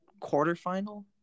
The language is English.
quarterfinal